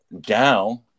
down